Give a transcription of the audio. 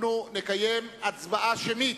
אנחנו נקיים הצבעה אישית.